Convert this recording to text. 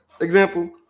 example